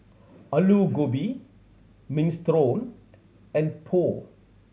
Alu Gobi Minestrone and Pho